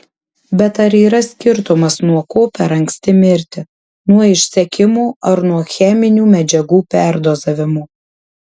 bet ar yra skirtumas nuo ko per anksti mirti nuo išsekimo ar nuo cheminių medžiagų perdozavimo